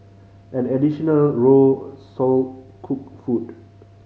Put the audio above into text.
an additional row sold cooked food